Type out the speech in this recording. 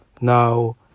now